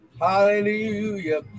hallelujah